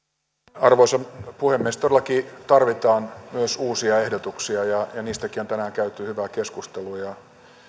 arvoisa puhemies todellakin tarvitaan myös uusia ehdotuksia ja niistäkin on tänään käyty hyvää keskustelua ja